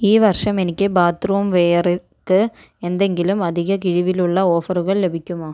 ഈ വർഷം എനിക്ക് ബാത്ത്റൂം വെയർക്ക് എന്തെങ്കിലും അധിക കിഴിവിലുള്ള ഓഫറുകൾ ലഭിക്കുമോ